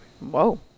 whoa